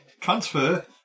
transfer